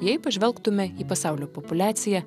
jei pažvelgtume į pasaulio populiaciją